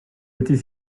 êtes